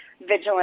vigilant